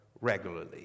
regularly